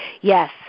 Yes